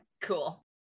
cool